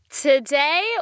today